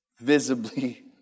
visibly